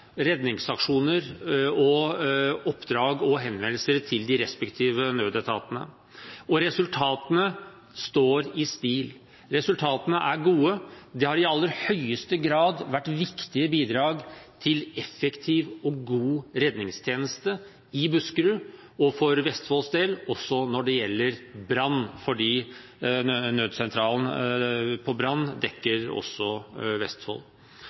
redningsaksjoner, oppdrag og henvendelser til de respektive nødetatene. Resultatene står i stil ‒ de er gode. De har i aller høyeste grad vært viktige bidrag til en effektiv og god redningstjeneste i Buskerud, og for Vestfolds del også når det gjelder brann, fordi nødsentralen for brann også dekker Vestfold. Mitt anliggende er å signalisere veldig tydelig at de